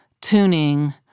tuning